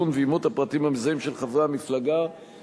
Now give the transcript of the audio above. לקבל את פרטיהם המזהים של כל בעלי זכות הבחירה לכנסת,